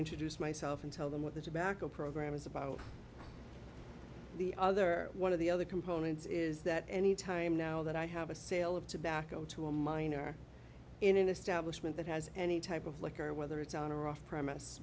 introduce myself and tell them what the tobacco program is about the other one of the other components is that any time now that i have a sale of tobacco to a minor in an establishment that has any type of liquor whether it's on or off premise